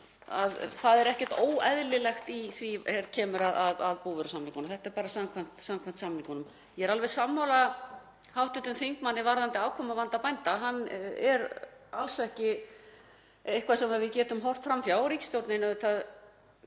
Það er því ekkert óeðlilegt í því sem kemur að búvörusamningunum, þetta er bara samkvæmt samningunum. Ég er alveg sammála hv. þingmanni varðandi afkomuvanda bænda. Hann er alls ekki eitthvað sem við getum horft fram hjá. Ríkisstjórnin